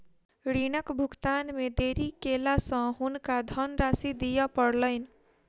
ऋणक भुगतान मे देरी केला सॅ हुनका धनराशि दिअ पड़लैन